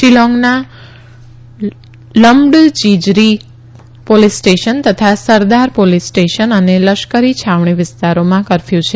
શિલોંગના લખ્ડંજજીરી police station તથા સરદાર ોલીસ સ્ટેશન અને લશ્કરી છાવણી વિસ્તારોમાં કરફથુ છે